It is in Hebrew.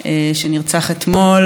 שנרצח אתמול.